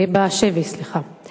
סליחה, בשבי.